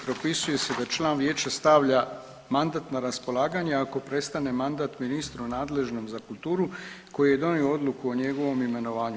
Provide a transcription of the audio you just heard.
propisuje se da član vijeća stavlja mandat na raspolaganje ako prestane mandat ministru nadležnom za kulturu koji je donio odluku o njegovom imenovanju.